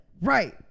right